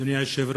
אדוני היושב-ראש,